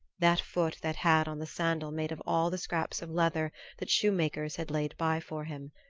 that foot that had on the sandal made of all the scraps of leather that shoemakers had laid by for him,